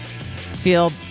Feel